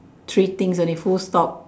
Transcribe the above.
three things only full stop